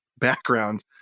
background